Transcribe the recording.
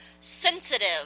sensitive